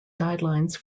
guidelines